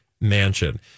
mansion